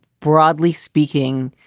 broadly speaking,